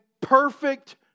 perfect